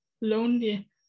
lonely